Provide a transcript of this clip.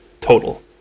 total